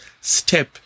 Step